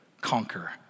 conquer